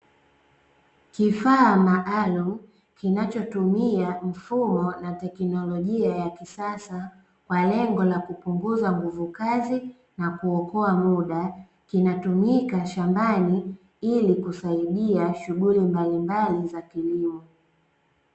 Kifaa maalumu kinachotumia mfumo na tekinolojia ya kisasa, kwa lengo la kupunguza nguvu kazi na kuokoa muda. Kinatumika shambani ili kusaidia shughuli mbalimbali za kilimo.